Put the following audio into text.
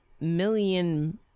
million